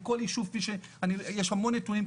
יש המון נתונים,